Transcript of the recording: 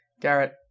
Garrett